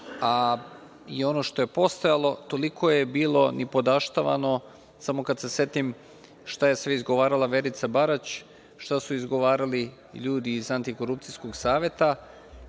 i ono što je postojalo toliko je bilo nipodaštavano. Samo kad se setim šta je sve izgovarala Verica Barać, šta su izgovarali ljudi iz Antikorupcijskog saveta